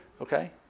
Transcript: Okay